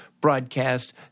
broadcast